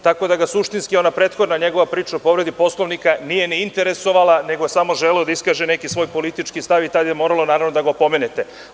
Tako da ga suštinski ona prethodna njegova priča o povredi Poslovnika nije interesovala, nego je samo želeo da iskaže neki svoj politički stav i tad ste morali naravno da ga opomenete.